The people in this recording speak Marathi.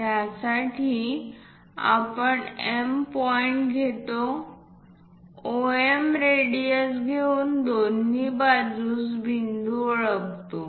त्यासाठी आपण M पॉईंट घेतो OM रेडियस घेऊन दोन्ही बाजूस बिंदू ओळखतो